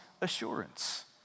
assurance